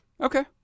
Okay